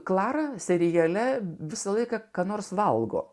klara seriale visą laiką ką nors valgo